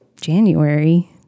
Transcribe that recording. January